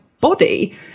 body